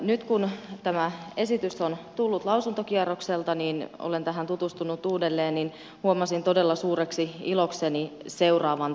nyt kun tämä esitys on tullut lausuntokierrokselta olen tähän tutustunut uudelleen ja huomasin todella suureksi ilokseni seuraavan tekstin täältä